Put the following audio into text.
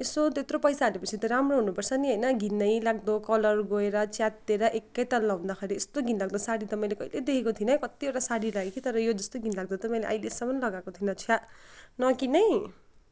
यसो त्यत्रो पैसा हालेपछि त राम्रो हुनुपर्छ नि होइन घिनैलाग्दो कलर गएर च्यातिएर एकैताल लाउँदाखेरि यस्तो घिनलाग्दो साडी त मैले कहिले देखेको थिइनँ है कतिवटा साडी लाएँ कि तर योजस्तो घिनलाग्दो त मैले अहिलेसम्म लगाएको थिइनँ छ्या नकिन् है